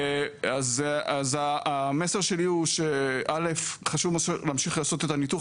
אז המסר שלי הוא שקודם כל חשוב להמשיך לעשות את הניטור,